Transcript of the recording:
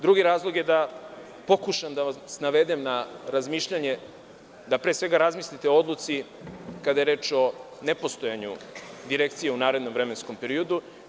Drugi razlog je da pokušam da vas navedem na razmišljanje da pre svega razmislite o odluci kada je reč o nepostojanju Direkcije u narednom vremenskom periodu.